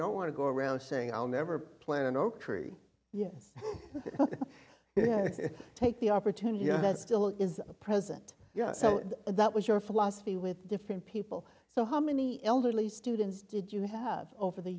don't want to go around saying i'll never plan an oak tree yes yeah take the opportunity yeah that still is present yes so that was your philosophy with different people so how many elderly students did you have over the